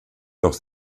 doch